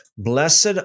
Blessed